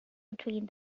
between